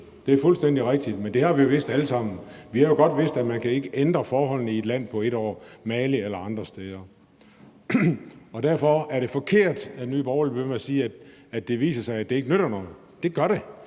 det er fuldstændig rigtigt. Men det har vi jo vidst alle sammen. Vi har jo godt vidst, at man ikke kan ændre forholdene i et land på et år – Mali eller andre steder. Derfor er det forkert, at Nye Borgerlige bliver ved med sige, at det viser sig, at det ikke nytter noget. Det gør det.